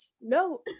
No